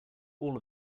all